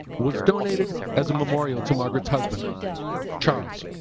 was donated as a memorial to margaret's husband charles